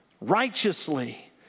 righteously